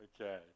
Okay